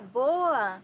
boa